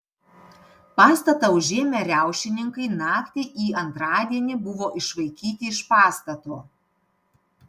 pastatą užėmę riaušininkai naktį į antradienį buvo išvaikyti iš pastato